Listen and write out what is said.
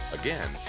Again